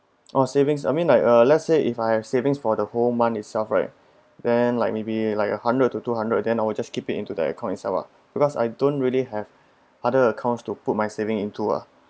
oh savings I mean like let's say if I haver savings for the whole month itself right then like maybe like a hundred to two hundred then I'll just keep it into account itself lah because I don't really have other accounts to put my saving into ah